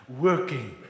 Working